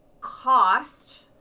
cost